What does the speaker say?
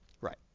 Right